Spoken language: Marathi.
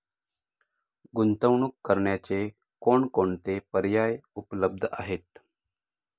गुंतवणूक करण्याचे कोणकोणते पर्याय उपलब्ध आहेत?